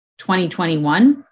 2021